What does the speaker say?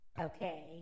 Okay